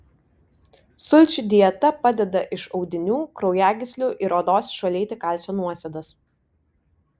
sulčių dieta padeda iš audinių kraujagyslių ir odos išvalyti kalcio nuosėdas